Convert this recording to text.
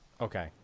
Okay